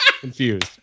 confused